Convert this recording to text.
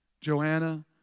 Joanna